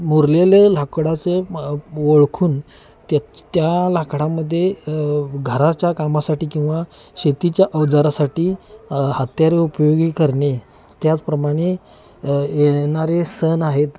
मुरलेले लाकडाचं ओळखून त्या त्या लाकडामध्ये घराच्या कामासाठी किंवा शेतीच्या अवजारासाठी हत्यारे उपयोगी करणे त्याचप्रमाणे येणारे सण आहेत